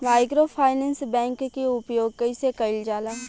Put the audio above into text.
Microfinance bank के उपयोग कइसे कइल जाला?